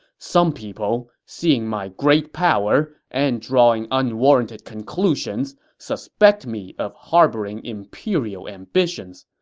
some people, seeing my great power and drawing unwarranted conclusions, suspect me of harboring imperial ambitions.